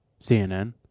CNN